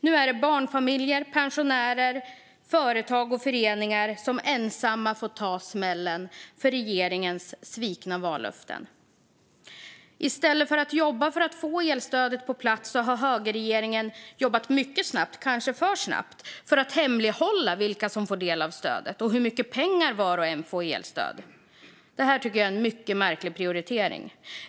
Nu är det barnfamiljer, pensionärer, företag och föreningar som ensamma får ta smällen för regeringens svikna vallöften. I stället för att jobba för att få elstödet på plats har högerregeringen jobbat mycket snabbt, kanske för snabbt, för att hemlighålla vilka som får del av stödet och hur mycket pengar var och en får i elstöd. Det här tycker jag är en mycket märklig prioritering.